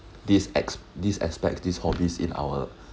this ex~ this aspect these hobbies in our